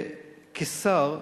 כשר,